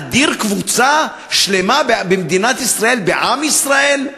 להדיר קבוצה שלמה במדינת ישראל, בעם ישראל?